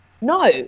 No